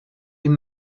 ihm